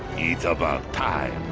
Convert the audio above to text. eat about time